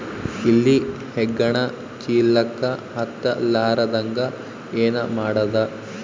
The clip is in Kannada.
ಇಲಿ ಹೆಗ್ಗಣ ಚೀಲಕ್ಕ ಹತ್ತ ಲಾರದಂಗ ಏನ ಮಾಡದ?